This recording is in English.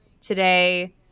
today